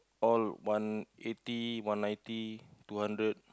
all one eighty one ninety two hundred